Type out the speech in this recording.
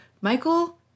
Michael